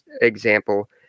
example